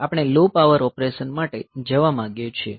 આપણે low power operation માટે જવા માંગીએ છીએ